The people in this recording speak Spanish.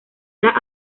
las